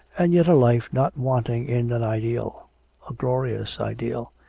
and yet a life not wanting in an ideal a glorious ideal.